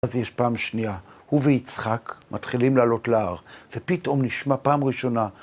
אז יש פעם שנייה, הוא ויצחק מתחילים לעלות להר, ופתאום נשמע פעם ראשונה